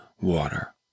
water